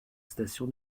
station